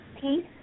peace